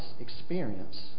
experience